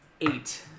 eight